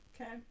Okay